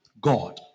God